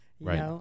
Right